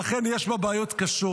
ואכן יש בה בעיות קשות.